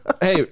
Hey